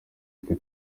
twe